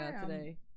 today